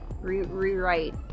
rewrite